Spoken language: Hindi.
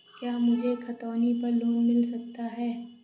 क्या मुझे खतौनी पर लोन मिल सकता है?